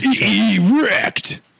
Erect